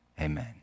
amen